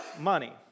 money